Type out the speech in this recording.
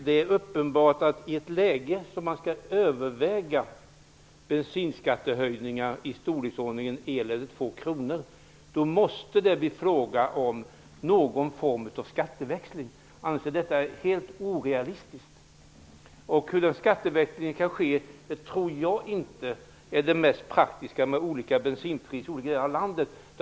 Det är uppenbart att det i ett läge där man skall överväga bensinskattehöjningar i storleksordningen 1--2 kr måste bli fråga om någon form av skatteväxling. Annars är det helt orealistiskt. När det gäller hur en skatteväxling kan ske, tror jag inte att det mest praktiska är att införa olika bensinpris i olika delar av landet.